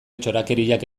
txorakeriak